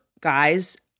guys